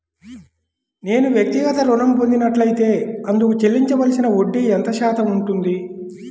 నేను వ్యక్తిగత ఋణం పొందినట్లైతే అందుకు చెల్లించవలసిన వడ్డీ ఎంత శాతం ఉంటుంది?